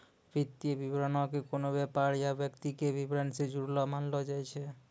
वित्तीय विवरणो के कोनो व्यापार या व्यक्ति के विबरण से जुड़लो मानलो जाय छै